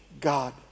God